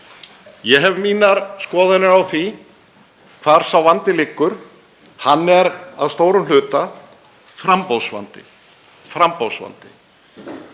Ég hef mínar skoðanir á því hvar sá vandi liggur. Hann er að stórum hluta framboðsvandi.